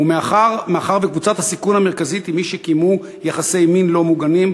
מאחר שקבוצת הסיכון המרכזית היא מי שקיימו יחסי מין לא מוגנים,